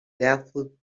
baffled